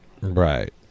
Right